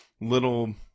little